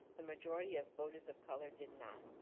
the majority of voters of color did not.